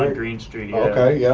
um green street. okay, yeah